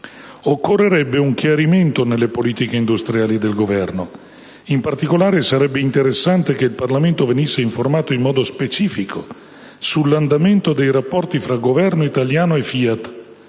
Occorrerebbe un chiarimento nelle politiche industriali del Governo: in particolare, sarebbe interessante che il Parlamento venisse informato in modo specifico sull'andamento dei rapporti fra Governo italiano e FIAT,